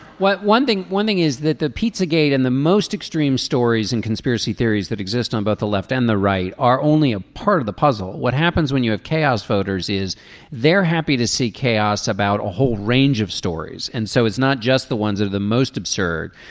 one thing one thing is that the pizza gate and the most extreme stories and conspiracy theories that exist on both the left and the right are only a part of the puzzle. what happens when you have chaos voters is they're happy to see chaos about a whole range of stories. and so it's not just the ones of the most absurd.